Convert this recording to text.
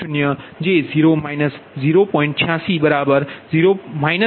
86 degree છે 0